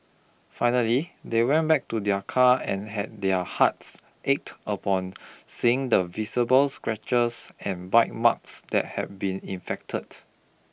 finally they went back to their car and had their hearts ached upon seeing the visible scratches and bite marks that had been infected